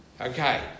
Okay